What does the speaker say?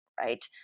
right